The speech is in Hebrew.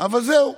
אבל זהו.